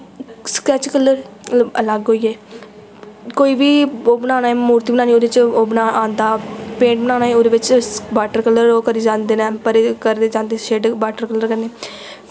sketch colour मतलब अलग होई गे कोई बी ओह् बनाना होऐ मूर्ती बनानी होऐ ओह्दे च ओह् आंदा पेंट बनाना होऐ ओह्दे बिच्च वाटर कलर ओह् करी जांदे न बाह्र दी करी जांदे शेडिंग वाटर कलर कन्नै